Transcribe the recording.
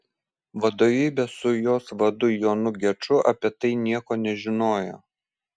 vadovybė su jos vadu jonu geču apie tai nieko nežinojo